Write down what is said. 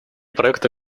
проекты